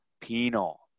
penal